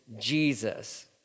Jesus